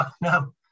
no